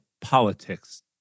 politics